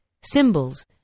symbols